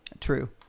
true